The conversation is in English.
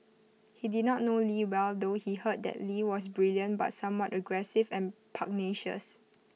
he did not know lee well though he heard that lee was brilliant but somewhat aggressive and pugnacious